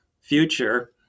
future